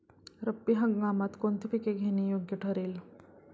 रब्बी हंगामात कोणती पिके घेणे योग्य ठरेल?